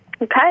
Okay